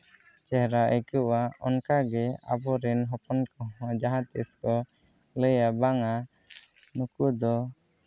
ᱪᱮᱦᱨᱟ ᱟᱹᱭᱠᱟᱹᱜᱼᱟ ᱚᱱᱠᱟᱜᱮ ᱟᱵᱚᱨᱮᱱ ᱦᱚᱯᱚᱱ ᱠᱚᱦᱚᱸ ᱡᱟᱦᱟᱸ ᱛᱤᱥ ᱠᱚ ᱞᱟᱹᱭᱟ ᱵᱟᱝᱼᱟ ᱱᱩᱠᱩ ᱫᱚ